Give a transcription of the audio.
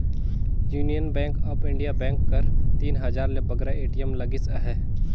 union Bank of India bank कर तीन हजार ले बगरा ए.टी.एम लगिस अहे